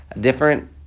different